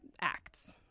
acts